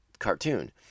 cartoon